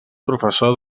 professor